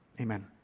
Amen